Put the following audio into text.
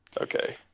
Okay